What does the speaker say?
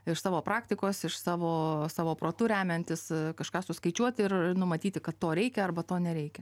iš savo praktikos iš savo savo protu remiantis kažką suskaičiuoti ir numatyti kad to reikia arba to nereikia